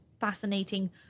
fascinating